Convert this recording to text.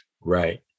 Right